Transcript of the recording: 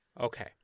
Okay